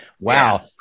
Wow